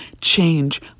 change